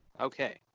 Okay